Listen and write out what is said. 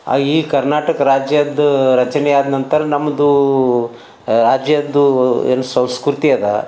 ಆ ಈ ಕರ್ನಾಟಕ ರಾಜ್ಯದ ರಚನೆಯಾದ ನಂತರ ನಮ್ಮದು ರಾಜ್ಯದ್ದು ಏನು ಸಂಸ್ಕೃತಿ ಅದ